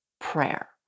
prayer